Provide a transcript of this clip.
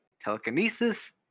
telekinesis